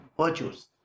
virtues